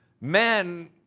men